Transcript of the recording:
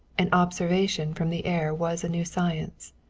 and observation from the air was a new science.